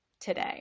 today